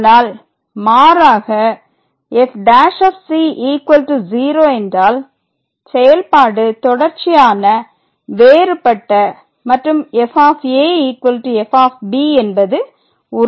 ஆனால் மாறாக f'0 என்றால் செயல்பாடு தொடர்ச்சியான வேறுபட்ட மற்றும் f f என்பது உறுதி இல்லை